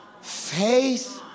Faith